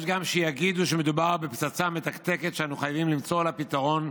יש גם שיגידו שמדובר בפצצה מתקתקת שאנו חייבים למצוא לה פתרון,